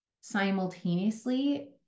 simultaneously